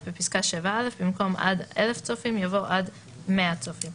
התקנות מעבר ל-10 אז גם הוראת השעה בהכרח פוקעת